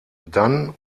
dann